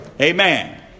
Amen